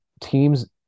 teams